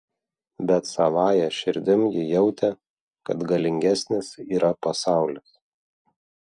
bet savąja širdim ji jautė kad galingesnis yra pasaulis